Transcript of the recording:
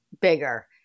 bigger